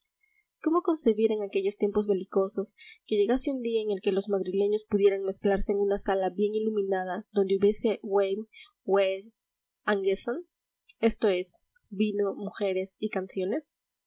cómo concebir en aquellos tiempos belicosos que llegase un día en el que los madrileños pudieran mezclarse en una sala bien iluminada donde hubiese weine weibe und gesang esto es vino mujeres y canciones